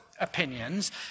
opinions